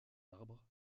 arbre